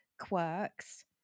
quirks